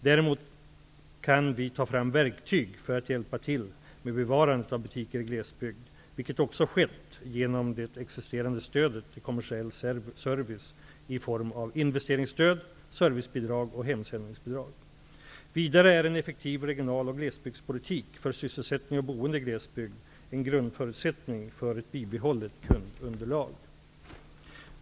Däremot kan vi ta fram verktyg för att hjälpa till med bevarandet av butiker i glesbygd, vilket också har skett genom det existerande stödet till kommersiell service i form av investeringsstöd, servicebidrag och hemsändningsbidrag. Vidare är en effektiv regional och glesbygdspolitik för sysselsättning och boende i glesbygd en grundförutsättning för ett bibehållet kundunderlag.